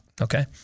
Okay